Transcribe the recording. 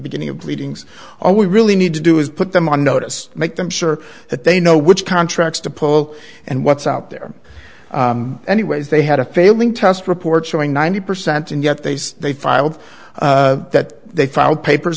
beginning of pleadings all we really need to do is put them on notice make them sure that they know which contracts to pull and what's out there anyways they had a failing test report showing ninety percent and yet they say they filed that they filed papers